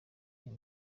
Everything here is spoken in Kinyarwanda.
uyu